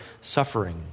suffering